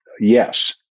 yes